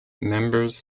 members